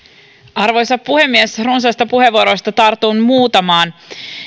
arvoisa puhemies runsaista puheenvuoroista tartun muutamaan